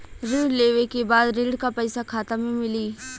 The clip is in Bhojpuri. ऋण लेवे के बाद ऋण का पैसा खाता में मिली?